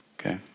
Okay